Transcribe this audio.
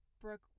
Brooke